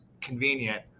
convenient